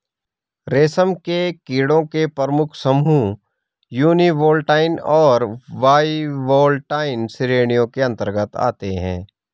रेशम के कीड़ों के प्रमुख समूह यूनिवोल्टाइन और बाइवोल्टाइन श्रेणियों के अंतर्गत आते हैं